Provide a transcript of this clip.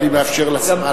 אני מאפשר לשרה,